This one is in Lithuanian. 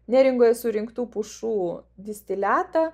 neringoje surinktų pušų distiliatą